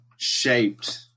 shaped